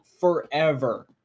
forever